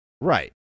Right